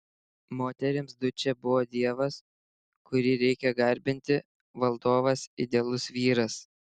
moterims dučė buvo dievas kurį reikia garbinti valdovas idealus vyras